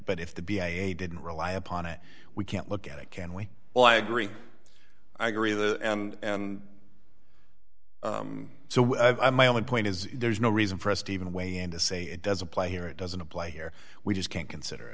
but if the b i a didn't rely upon it we can't look at it can we well i agree i agree that and so i my only point is there's no reason for us to even weigh in to say it does apply here it doesn't apply here we just can't consider